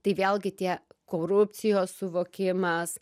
tai vėlgi tie korupcijos suvokimas